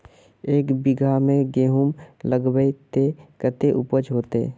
एक बिगहा में गेहूम लगाइबे ते कते उपज होते?